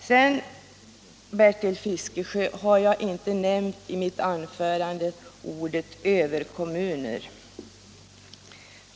Sedan, Bertil Fiskesjö, har jag i mitt anförande inte nämnt ordet överkommun.